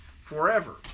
forever